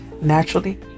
Naturally